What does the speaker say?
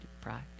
pride